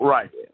Right